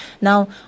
Now